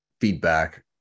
feedback